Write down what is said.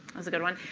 was a good one.